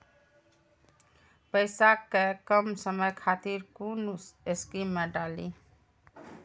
पैसा कै कम समय खातिर कुन स्कीम मैं डाली?